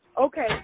Okay